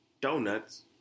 donuts